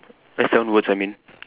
eh seven words I mean